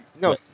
No